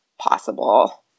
possible